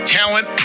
talent